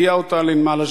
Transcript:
כן, המקרה מוכר למשרד.